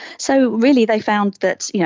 so really they found that, yeah